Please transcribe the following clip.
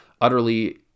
utterly